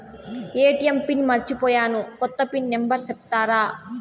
ATM pin మర్చిపోయాను పోయాను, కొత్త పిన్ నెంబర్ సెప్తారా?